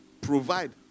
provide